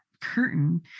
curtain